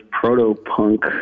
proto-punk